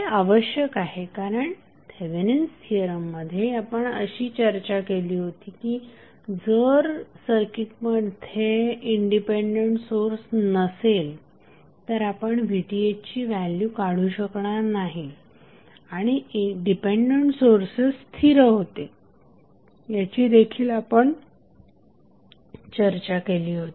हे आवश्यक आहे कारण थेवेनिन्स थिअरममध्ये आपण अशी चर्चा केली होती की जर सर्किटमध्ये इंडिपेंडेंट सोर्स नसेल तर आपण VTh ची व्हॅल्यू काढू शकणार नाही आणि डिपेंडंट सोर्सेस स्थिर होते याची देखील आपण चर्चा केली होती